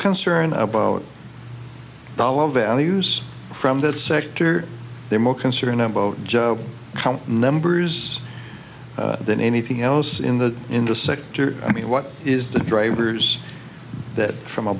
concerned about dollar values from that sector they're more concerned about job numbers than anything else in the in the sector i mean what is the drivers that from a